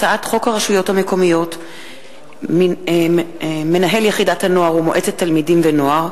הצעת חוק הרשויות המקומיות (מנהל יחידת הנוער ומועצת תלמידים ונוער),